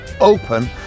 open